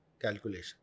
calculation